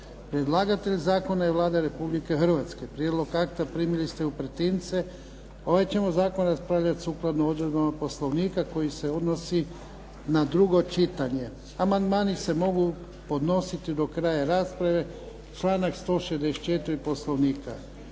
Predlagatelj Zakona je Vlada Republike Hrvatske. Prijedlog akta primili ste u pretince. Ovaj ćemo zakon raspravljati sukladno odredbama Poslovnika koji se odnosi na drugo čitanje. Amandmani se mogu podnositi do kraja rasprave, članak 164. Poslovnika.